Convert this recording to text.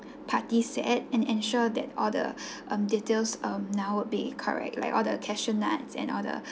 party set and ensure that all the um details um now would be correct like all the cashew nuts and all the